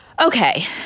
Okay